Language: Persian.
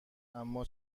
اما